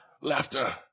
laughter